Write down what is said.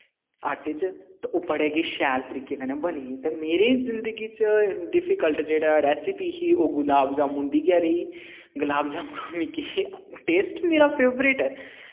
आटे च ते ओह् बड़ै गै शैल तरीके कन्नै बनिये ते मेरी जिंदगी च डिफिक्लट जेह्ड़ी रैसिपी ही ओह् गुलाब जामुन दी गै रेही गुलाब जामुन मिगी टेस्ट मेरा फेवरट ऐ